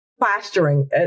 plastering